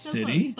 City